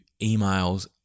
emails